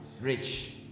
rich